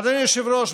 אדוני היושב-ראש,